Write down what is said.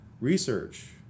Research